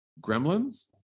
Gremlins